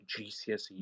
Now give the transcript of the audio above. GCSE